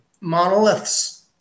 monoliths